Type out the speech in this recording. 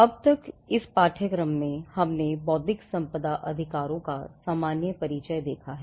अब तक इस पाठ्यक्रम में हमने बौद्धिक संपदा अधिकारों का सामान्य परिचय देखा है